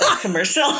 Commercial